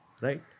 right